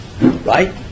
right